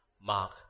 Mark